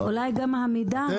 זה גם נכון.